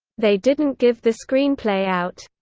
they didn't give the screenplay out.